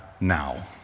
now